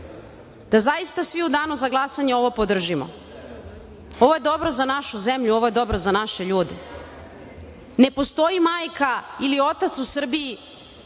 da zaista svi u danu za glasanje podržimo. Ovo je dobro za našu zemlju, ovo je dobro za naše ljude. Ne postoji majka ili otac u Srbiji